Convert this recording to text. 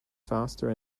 faster